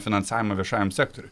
finansavimą viešajam sektoriui